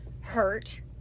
hurt